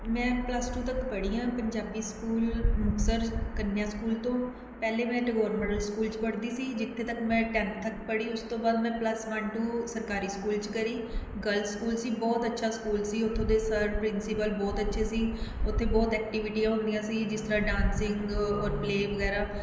ਮੈਂ plus two ਤੱਕ ਪੜ੍ਹੀ ਹਾਂ ਪੰਜਾਬੀ ਸਕੂਲ ਮੁਕਤਸਰ ਕੰਨਿਆ ਸਕੂਲ ਤੋਂ ਪਹਿਲੇ ਮੈਂ ਟੈਗੋਰ ਮਿਡਲ ਸਕੂਲ 'ਚ ਪੜ੍ਹਦੀ ਸੀ ਜਿੱਥੇ ਤੱਕ ਮੈਂ ਟੈਂਨਥਕ ਪੜ੍ਹੀ ਉਸ ਤੋਂ ਬਾਅਦ ਮੈਂ ਪਲੱਸ ਵਨ ਟੂ ਸਰਕਾਰੀ ਸਕੂਲ 'ਚ ਕਰੀ ਗਰਲ ਸਕੂਲ ਸੀ ਬਹੁਤ ਅੱਛਾ ਸਕੂਲ ਸੀ ਉੱਥੋਂ ਦੇ ਸਰ ਪ੍ਰਿੰਸੀਪਲ ਬਹੁਤ ਅੱਛੇ ਸੀ ਉੱਥੇ ਬਹੁਤ ਐਕਟੀਵਿਟੀਆਂ ਹੁੰਦੀਆਂ ਸੀ ਜਿਸ ਤਰ੍ਹਾਂ ਡਾਂਸਿੰਗ ਔਰ ਪਲੇਅ ਵਗੈਰਾ